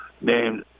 named